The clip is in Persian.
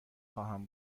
خواهم